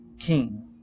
King